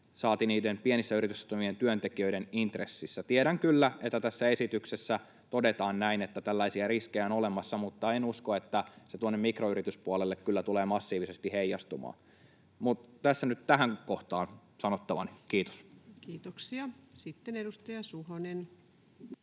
saati niiden pienissä yrityksissä toimivien työntekijöiden, intresseissä. Tiedän kyllä, että tässä esityksessä todetaan näin, että tällaisia riskejä on olemassa, mutta en usko, että se tuonne mikroyrityspuolelle tulee massiivisesti heijastumaan. Mutta tässä nyt tähän kohtaan sanottavani, kiitos. [Speech 132] Speaker: